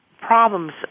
problems